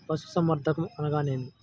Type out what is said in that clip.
పశుసంవర్ధకం అనగా ఏమి?